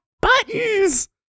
buttons